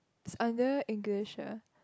is under English ya